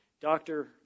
doctor